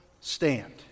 stand